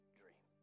dream